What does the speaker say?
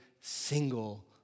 single